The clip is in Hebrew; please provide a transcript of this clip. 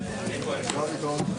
בשעה